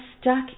stuck